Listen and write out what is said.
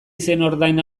izenordain